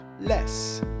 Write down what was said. less